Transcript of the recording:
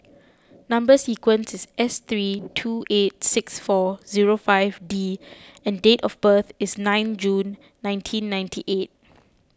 Number Sequence is S three two eight six four zero five D and date of birth is nine June nineteen ninety eight